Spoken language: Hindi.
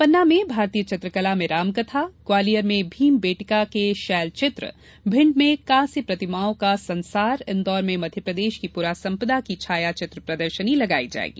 पन्ना में मारतीय चित्रकला में रामकथा ग्वालियर में मीम बेटिका के शैल चित्र भिण्ड में कांस्य प्रतिमाओं का संसार इंदौर में मध्यप्रदेश की पुरा सम्पदा की छाया चित्र प्रदर्शनी लगाई जाएगी